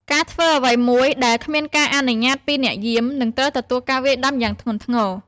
ការធ្វើអ្វីមួយដែលគ្មានការអនុញ្ញាតពីអ្នកយាម នឹងត្រូវទទួលការវាយដំយ៉ាងធ្ងន់ធ្ងរ។